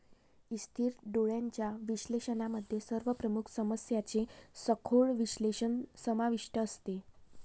स्थिर डोळ्यांच्या विश्लेषणामध्ये सर्व प्रमुख समस्यांचे सखोल विश्लेषण समाविष्ट असते